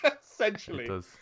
Essentially